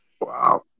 Wow